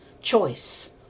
choice